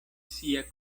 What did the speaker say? sia